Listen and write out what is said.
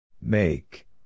Make